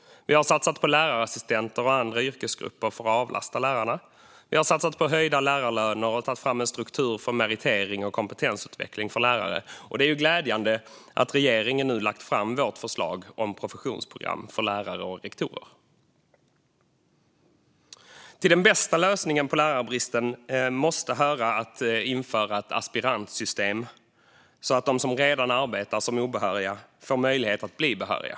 Vi har satsat på lärarassistenter och andra yrkesgrupper för att avlasta lärarna. Vi har satsat på höjda lärarlöner och tagit fram en struktur för meritering och kompetensutveckling för lärare. Det är också glädjande att regeringen nu har lagt fram vårt förslag om professionsprogram för lärare och rektorer. Till de bästa lösningarna på lärarbristen måste höra att införa ett aspirantsystem så att de som redan arbetar som obehöriga lärare får möjlighet att bli behöriga.